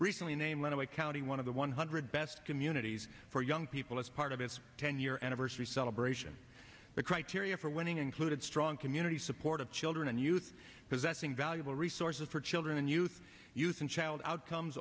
recently named one of a county one of the one hundred best communities for young people as part of its ten year anniversary celebration the criteria for winning included strong community support of children and youth possessing valuable resources for children and youth youth and child outcomes